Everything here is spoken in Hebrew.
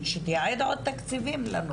שתייעד עוד תקציבים לנושא.